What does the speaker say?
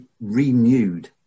renewed